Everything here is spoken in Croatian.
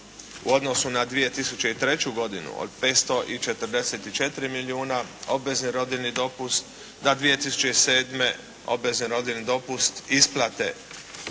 u odnosu na 2003. godinu od 544 milijuna obvezni rodiljni dopust, da 2007. obvezni rodiljni dopust isplate